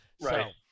Right